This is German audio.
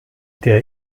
der